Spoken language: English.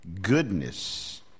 goodness